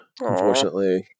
Unfortunately